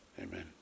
Amen